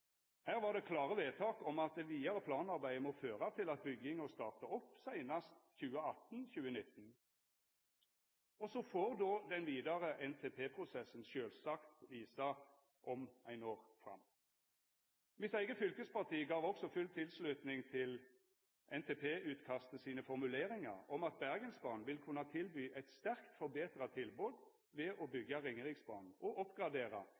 Her var det klare vedtak om at det vidare planarbeidet må føra til at bygginga startar opp seinast i 2018–2019. Så får den vidare NTP-prosessen sjølvsagt visa om ein når fram. Mitt eige fylkesparti gav også full tilslutning til NTP-utkastet sine formuleringar om at Bergensbanen vil kunna tilby eit sterkt forbetra tilbod ved å byggja Ringeriksbanen og oppgradera